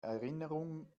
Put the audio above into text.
erinnerung